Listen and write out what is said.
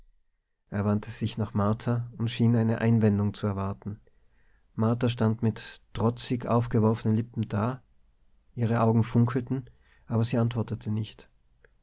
er wandte sich nach martha und schien eine einwendung zu erwarten martha stand mit trotzig aufgeworfenen lippen da ihre augen funkelten aber sie antwortete nichts